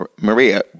Maria